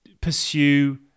pursue